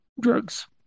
drugs